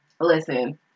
Listen